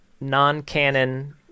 non-canon